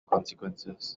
consequences